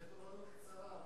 זה תורנות קצרה.